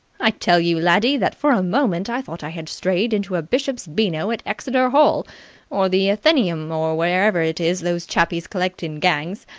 i tell you, laddie, that for a moment i thought i had strayed into a bishop's beano at exeter hall or the athenaeum or wherever it is those chappies collect in gangs.